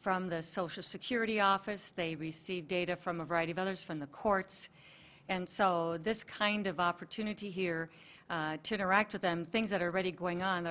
from the social security office they receive data from a variety of others from the courts and so this kind of opportunity here to interact with them things that are already going on